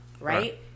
Right